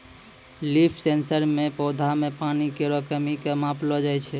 leaf sensor सें पौधा म पानी केरो कमी क मापलो जाय छै